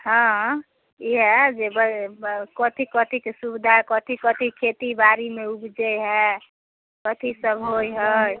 हँ इएह जे बे बै कथी कथीके सुविधा कथी कथी खेतीबाड़ीमे उपजै हइ कथीसब होइ हइ